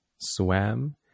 swam